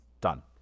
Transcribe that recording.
Done